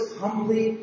humbly